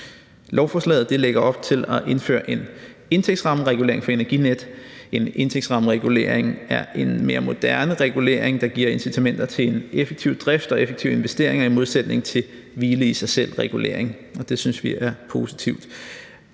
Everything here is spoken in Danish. Lovforslaget lægger op til at indføre en indtægtsrammeregulering for Energinet. En indtægtsrammeregulering er en mere moderne regulering, der giver incitamenter til en effektiv drift og effektive investeringer i modsætning til hvile i sig selv-reguleringen, og det synes vi er positivt